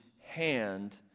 hand